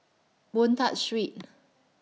Boon Tat Street